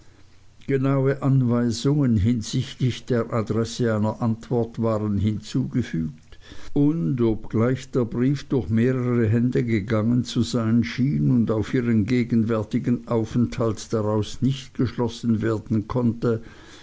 genaue anweisungen hinsichtlich der adresse einer antwort waren hinzugefügt und obgleich der brief durch mehrere hände gegangen zu sein schien und auf ihren gegenwärtigen aufenthalt daraus nicht geschlossen werden konnte